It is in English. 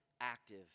active